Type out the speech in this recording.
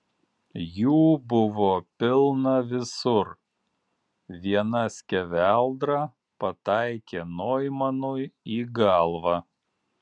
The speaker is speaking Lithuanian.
jų buvo pilna visur viena skeveldra pataikė noimanui į galvą